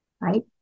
Right